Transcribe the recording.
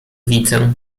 widzę